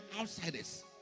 outsiders